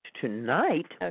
Tonight